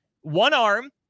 One-arm